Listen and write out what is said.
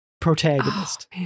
protagonist